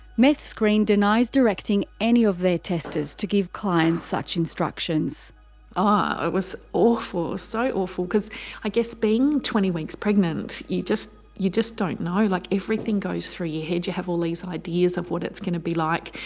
meth screen denies directing any of their testers to give clients such instructions. oh it was awful, it was so awful because i guess being twenty weeks pregnant, you just, you just don't know. like everything goes through your head, you have all these ideas of what it's going to be like.